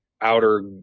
outer